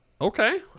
Okay